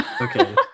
Okay